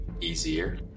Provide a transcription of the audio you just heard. easier